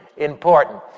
important